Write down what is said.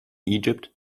egypt